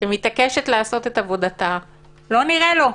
שמתעקשת לעשות את עבודתה, לא נראה לו.